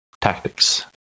tactics